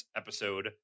episode